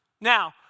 Now